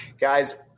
Guys